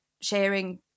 sharing